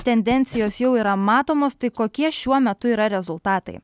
tendencijos jau yra matomos tai kokie šiuo metu yra rezultatai